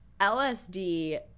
LSD